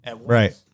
Right